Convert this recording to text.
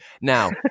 Now